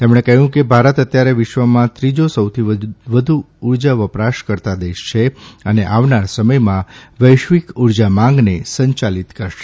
તેમણે કહયું કે ભારત અત્યારે વિશ્વમાં ત્રીજો સૌથી વધુ ઉર્જા વપરાશકર્તા દેશ છે અને આવનાર સમયમાં વૈશ્વિક ઉર્જા માંગને સંયાલિત કરશે